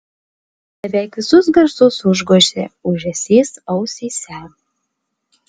beveik visus garsus užgožė ūžesys ausyse